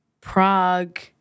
Prague